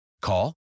Call